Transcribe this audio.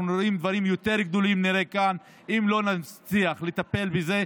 אנחנו נראה כאן דברים יותר גדולים אם לא נצליח לטפל בזה,